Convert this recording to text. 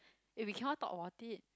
if we cannot talk about it